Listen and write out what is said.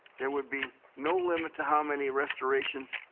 there will be no limit to how many restorations